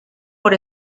por